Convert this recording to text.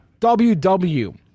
WW